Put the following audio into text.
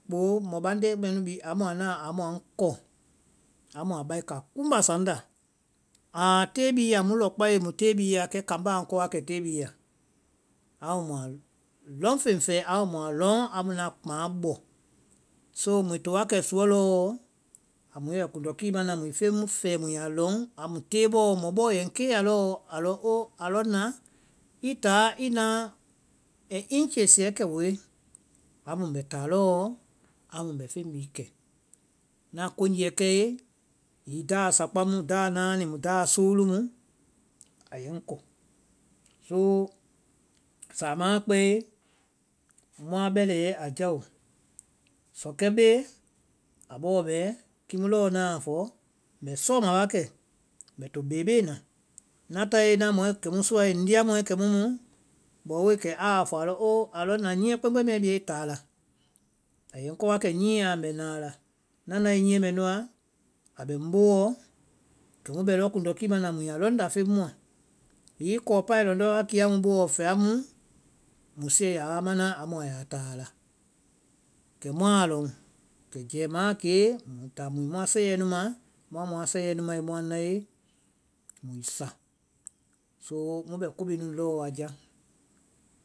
Kpoo mɔbande mɛnu bi amu a naã amu a ŋkɔ, amu a baiká kumbá sa ŋnda. tée bhii ya mu lɔ kpaie mu tée bhii ya kɛ kambá a ŋ kɔ wa kɛ tée bhii ya. Ámu muã lɔŋfeŋ fɛɛ amu muã lɔŋ, amu na kpahã bɔ, so muĩ to wa kɛ suɔ lɔɔ amu i bɛ kuŋndɔ kii mana muĩ feŋ mu fɛɛ mu yaa lɔŋ, amu tée bɔɔ mɔ bɔɔ yɛ ŋ kee ya lɔɔ alɔ o alɔ na i táa i naã inchesɛ kɛ woe. Amu mbɛ táa lɔɔ amu bɛ feŋ bhii kɛ, na konyeɛ kɛe, hiŋi daa sakpá mu, daa náani mu, daa soolu mu. a yɛ ŋ kɔ. So sáamã a kpɛe muã bɛlɛiyɛ a jáo, sɔkɛ bee, abɔɔ bɛɛ kimu lɔɔ naã fɔ, mbɛ sɔma wakɛ, mbɛ to beebee na, na táe na mɔɛ kɛmu suae ŋ ndiamɔɛ kɛ mu muu, bɔɔ woei kɛ aa fɔ alɔ oo na nyíɛ kpɛmbɛ mɛɛ biya i táa la, a yɛ ŋ kɔ wa kɛ nyíɛ́ɛ la mbɛ na a la. Na nae nyíɛ mɛ nuã a bɛ ŋ boowɔ, kɛ mu bɛ lɔ kundɔkii mana mu ya lɔŋ na feŋ mua, hiŋi kɔɔpaŋ lɔndɔ́ wa ki mu boo, fɛla mu musuɛ ya a mana amu a yaa taa a la. kɛ muã a lɔŋ, kɛ jɛmaã kee muĩ táa muĩ muã sɛiyɛɛ nu ma, muã muã sɛiyɛɛ nu mae muĩ nae muĩ sa. so mu bɛ ko bhii nu nu lɔɔ wa já.